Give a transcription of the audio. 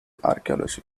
archaeology